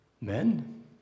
men